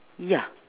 ya